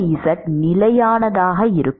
rz நிலையானதாக இருக்கும்